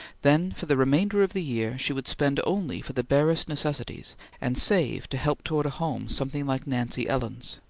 then for the remainder of the year she would spend only for the barest necessities and save to help toward a home something like nancy ellen's.